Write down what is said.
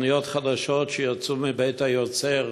תוכניות חדשות שיצאו מבית-היוצר